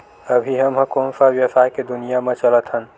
अभी हम ह कोन सा व्यवसाय के दुनिया म चलत हन?